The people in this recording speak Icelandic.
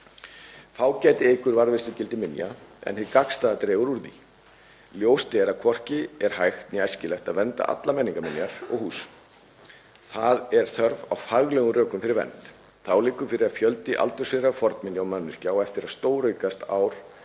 Fágæti eykur varðveislugildi minja en hið gagnstæða dregur úr því. Ljóst er að hvorki er hægt né æskilegt að vernda allar menningarminjar og hús. Þá er þörf á faglegum rökum fyrir vernd. Þá liggur fyrir að fjöldi aldursfriðaðra fornminja og mannvirkja á eftir að stóraukast ár